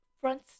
front